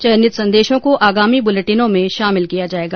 चयनित संदेशों को आगामी बुलेटिनों में शामिल किया जाएगा